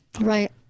Right